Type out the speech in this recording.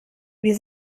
wir